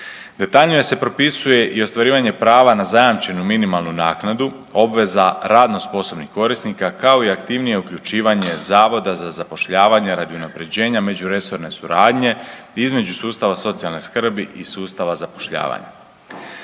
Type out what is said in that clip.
Detaljnije se propisuje i ostvarivanje prava na zajamčenu minimalnu naknadu, obveza radno sposobnih korisnika, kao i aktivnije uključivanje Zavoda za zapošljavanje radi unaprjeđenja međuresorne suradnje između sustava socijalne skrbi i sustava zapošljavanja.